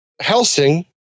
Helsing